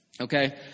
Okay